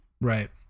right